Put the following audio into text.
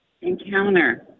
encounter